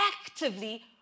actively